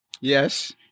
Yes